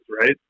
Right